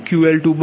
તેથી Pg2 PL2 0